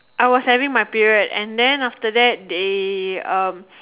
I was having my period and then after that they um